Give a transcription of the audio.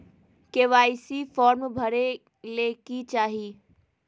KYC form भरे ले कि चाही?